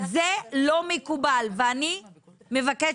זה לא מקובל ואני מבקשת,